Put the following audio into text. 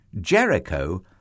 Jericho